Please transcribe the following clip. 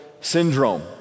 syndrome